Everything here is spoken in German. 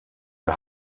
wir